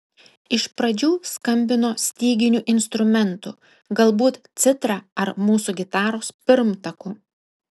iš pradžių skambino styginiu instrumentu galbūt citra ar mūsų gitaros pirmtaku